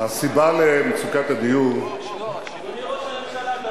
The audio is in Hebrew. הסיבה למצוקת הדיור, אדוני ראש הממשלה,